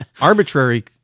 arbitrary